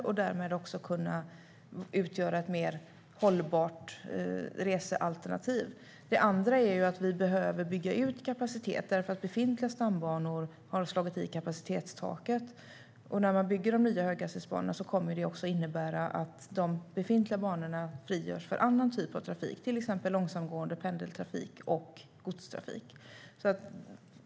Det ska därmed kunna utgöra ett mer hållbart resealternativ. Det andra syftet är att bygga ut kapaciteten därför att befintliga stambanor har slagit i kapacitetstaket. När man bygger de nya höghastighetsbanorna kommer det också att innebära att de befintliga banorna frigörs för annan typ av trafik, till exempel långsamgående pendeltrafik och godstrafik.